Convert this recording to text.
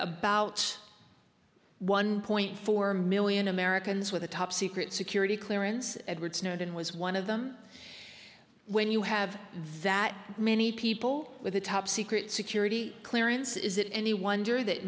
about one point four million americans with a top secret security clearance edward snowden was one of them when you have that many people with a top secret security clearance is it any wonder that